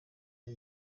ari